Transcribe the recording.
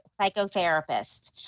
psychotherapist